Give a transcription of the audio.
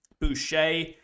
Boucher